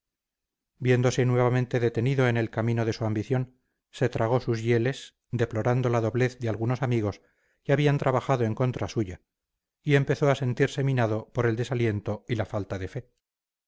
viéndose nuevamente detenido en el camino de su ambición se tragó sus hieles deplorando la doblez de algunos amigos que habían trabajado en contra suya y empezó a sentirse minado por el desaliento y la falta de fe